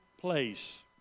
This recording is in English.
place